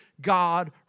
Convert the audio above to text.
God